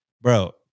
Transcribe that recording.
bro